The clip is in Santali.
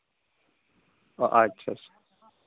ᱟᱪᱪᱷᱟ ᱟᱪᱪᱷᱟ